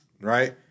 right